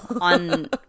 on